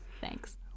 Thanks